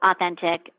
authentic